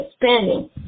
expanding